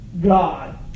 God